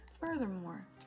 Furthermore